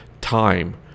time